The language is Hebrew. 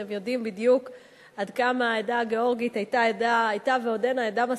שהם יודעים בדיוק עד כמה העדה הגאורגית היתה ועודנה עדה מסורתית,